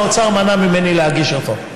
והאוצר מנע ממני להגיש אותו,